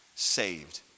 Saved